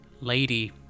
Lady